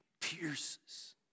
pierces